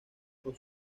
con